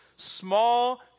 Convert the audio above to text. small